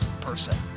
person